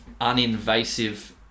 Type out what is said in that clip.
uninvasive